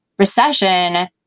recession